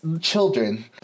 children